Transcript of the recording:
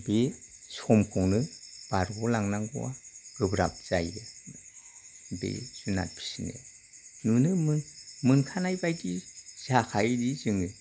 बे समखौनो बारग'लांनांगौवा गोब्राब जायो बे जुनार फिसिनो नुनो मोनखानाय बायदि जाखायोबो जोङो